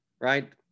right